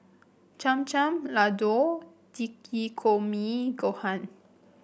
Cham Cham Ladoo Takikomi Gohan